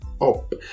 up